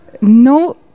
No